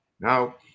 Now